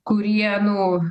kurie nu